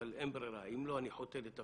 אבל אין ברירה, אם לא, אני חוטא לתפקידי.